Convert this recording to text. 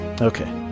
Okay